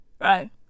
Right